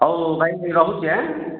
ହଉ ଭାଇ ରହୁଛି